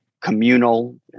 communal